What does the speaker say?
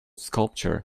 sculpture